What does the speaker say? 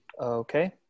Okay